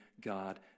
God